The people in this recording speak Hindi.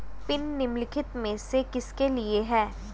पिन निम्नलिखित में से किसके लिए है?